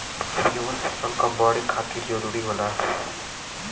जवन फसल क बड़े खातिर जरूरी होला